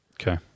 Okay